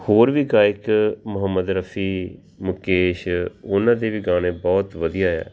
ਹੋਰ ਵੀ ਗਾਇਕ ਮੁਹੰਮਦ ਰਫੀ ਮੁਕੇਸ਼ ਉਹਨਾਂ ਦੇ ਵੀ ਗਾਣੇ ਬਹੁਤ ਵਧੀਆ ਆ